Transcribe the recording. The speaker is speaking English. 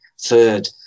third